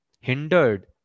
hindered